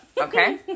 Okay